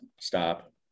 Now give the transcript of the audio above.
stop